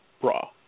bra